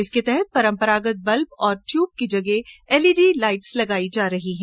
इसके तहत परंपरागत बल्ब और ट्यूब की जगह एल ई डी लाइट लगाई जा रही है